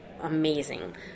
amazing